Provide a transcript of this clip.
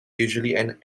usually